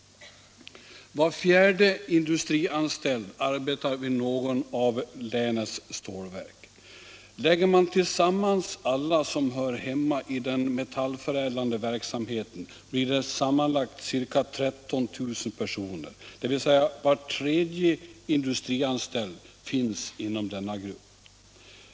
Var fjärde industrianställd arbetar vid något av länets stålverk. Lägger man tillsammans alla som hör hemma i den metallförädlande verksamheten blir det sammanlagt ca 13 000 personer, dvs. var tredje industrianställd finns inom denna grupp.